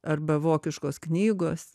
arba vokiškos knygos